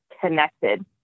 connected